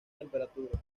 temperatura